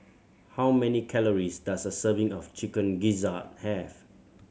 how many calories does a serving of Chicken Gizzard have